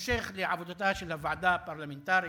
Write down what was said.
כהמשך לעבודתה של הוועדה הפרלמנטרית.